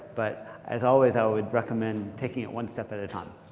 but as always, i would recommend taking it one step at a time.